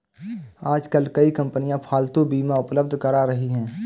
आजकल कई कंपनियां पालतू बीमा उपलब्ध करा रही है